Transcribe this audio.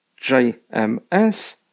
JMS